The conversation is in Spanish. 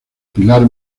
pilar